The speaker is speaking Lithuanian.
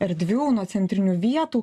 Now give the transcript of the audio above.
erdvių nuo centrinių vietų